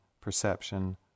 perception